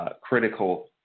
Critical